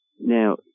Now